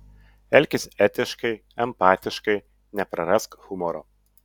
elkis etiškai empatiškai neprarask humoro